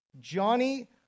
Johnny